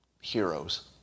heroes